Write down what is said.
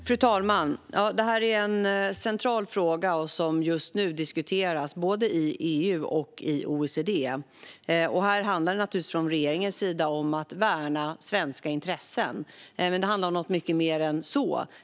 Fru talman! Det här är en central fråga som just nu diskuteras både i EU och i OECD. Här handlar det naturligtvis från regeringens sida om att värna svenska intressen. Men det handlar också om något mycket mer än så.